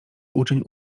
uczeń